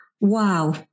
Wow